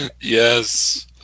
Yes